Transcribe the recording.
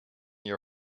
your